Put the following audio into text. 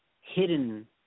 hidden